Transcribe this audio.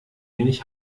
wenig